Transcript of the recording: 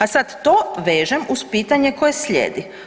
A sad to vežem uz pitanje koje slijedi.